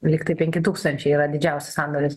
lygtai penki tūkstančiai yra didžiausias sandoris